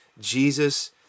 Jesus